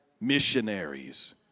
missionaries